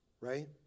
Right